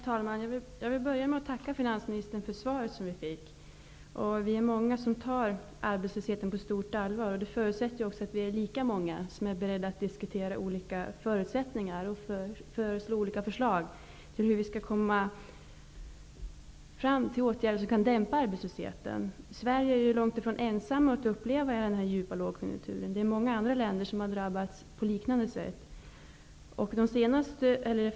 Herr talman! Jag vill börja med att tacka finansministern för svaret. Vi är många som tar arbetslösheten på stort allvar. Det förutsätter att vi är lika många som är beredda att diskutera olika förutsättningar och föreslå olika åtgärder som kan dämpa arbetslösheten. Sverige är långt ifrån ensamt om att uppleva den djupa lågkonjunkturen. Många andra länder har drabbats på liknande sätt.